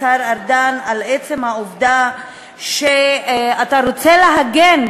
השר ארדן, על עצם העובדה שאתה בעצם רוצה להגן,